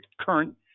current